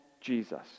Jesus